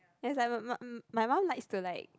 it's like my mum my mum likes to like